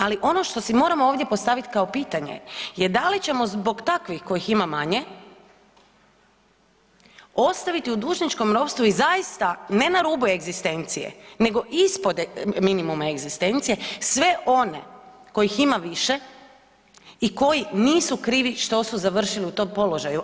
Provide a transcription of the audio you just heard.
Ali ono što si moramo ovdje postavit kao pitanje je da li ćemo zbog takvih kojih ima manje ostaviti u dužničkom ropstvu i zaista ne na rubu egzistencije nego ispod minimuma egzistencije sve one kojih ima više i koji nisu krivi što su završili u tom položaju.